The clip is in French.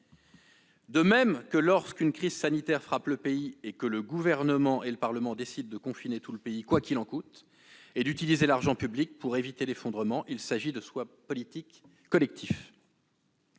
de même lorsque, une crise sanitaire frappant le pays, le Gouvernement et le Parlement décident de confiner tout le pays quoi qu'il en coûte et d'utiliser l'argent public pour éviter l'effondrement : il s'agit de choix politiques collectifs.